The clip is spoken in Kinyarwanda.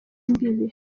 imbibi